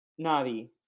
Navi